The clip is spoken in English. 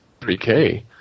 3k